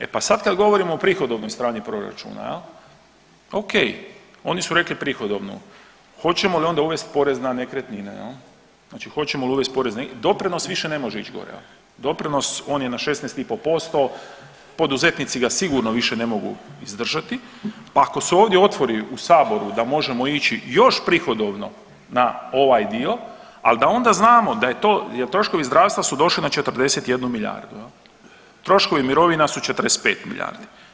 E pa sad kad govorimo o prihodovnoj strani proračuna jel ok, oni su rekli prihodovnu, hoćemo li onda uvesti porez na nekretnine, znači hoćemo li uvest porez, doprinos više ne može ić gore, doprinos on je na 16,5%, poduzetnici ga sigurno više ne mogu izdržati, pa ako se ovdje otvori u saboru da možemo ići još prihodovno na ovaj dio, ali da onda znamo jel troškovi zdravstva su došli na 41 milijardu, troškovi mirovina su 45 milijardi.